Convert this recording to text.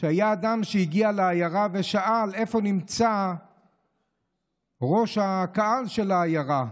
שהיה אדם שהגיע לעיירה ושאל איפה נמצא ראש הקהל של העיירה.